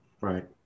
Right